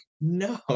no